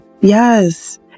Yes